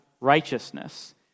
Righteousness